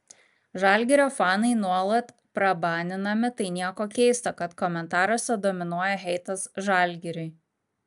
žalgirio fanai nuolat prabaninami tai nieko keisto kad komentaruose dominuoja heitas žalgiriui